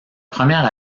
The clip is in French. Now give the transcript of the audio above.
première